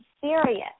serious